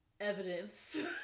evidence